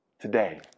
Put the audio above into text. today